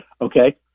Okay